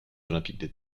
olympiques